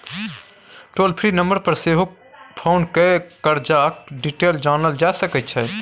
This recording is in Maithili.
टोल फ्री नंबर पर सेहो फोन कए करजाक डिटेल जानल जा सकै छै